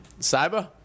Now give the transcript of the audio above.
Cyber